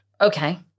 Okay